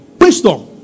Wisdom